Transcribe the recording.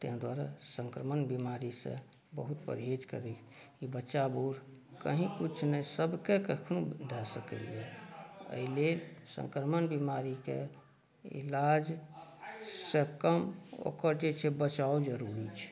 तैं दुआरे संक्रमण बीमारीसँ बहुत परहेज करी ई बच्चा बूढ़ कहीँ किछु नहि सबके कखनो धऽ सकइए अइ लेल संक्रमण बीमारीके इलाज सँ कम ओकर जे छै बचाव जरूरी छै